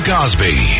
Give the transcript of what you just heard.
Cosby